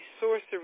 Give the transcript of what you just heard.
sorcery